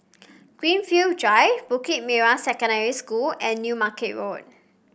Greenfield Drive Bukit Merah Secondary School and New Market Road